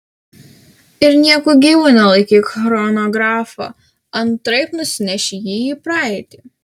ir nieku gyvu nelaikyk chronografo antraip nusineši jį į praeitį